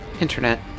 Internet